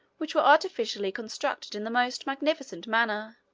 which were artificially constructed in the most magnificent manner,